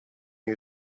you